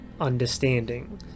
understanding